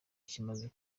kimaze